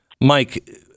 Mike